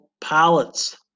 pallets